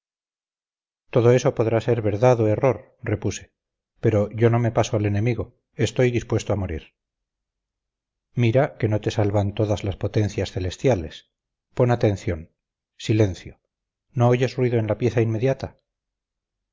todo eso podrá ser verdad o error repuse pero yo no me paso al enemigo estoy dispuesto a morir mira que no te salvan todas las potencias celestiales pon atención silencio no oyes ruido en la pieza inmediata